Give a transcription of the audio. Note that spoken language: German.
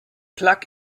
plug